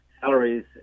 salaries